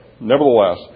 nevertheless